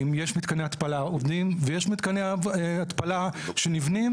יש מתקני התפלה עובדים ויש מתקני התפלה שנבנים,